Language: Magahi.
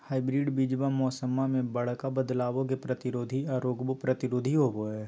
हाइब्रिड बीजावा मौसम्मा मे बडका बदलाबो के प्रतिरोधी आ रोगबो प्रतिरोधी होबो हई